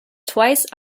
twice